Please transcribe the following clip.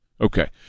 Okay